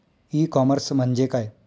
E commerce म्हणजे काय?